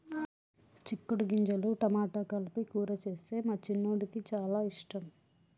చిక్కుడు గింజలు టమాటా కలిపి కూర చేస్తే మా చిన్నోడికి చాల ఇష్టం